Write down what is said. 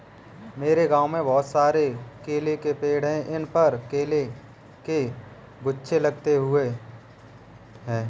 मेरे गांव में बहुत सारे केले के पेड़ हैं इन पर केले के गुच्छे लगे हुए हैं